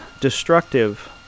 destructive